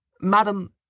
Madam